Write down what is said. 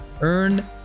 Earn